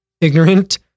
ignorant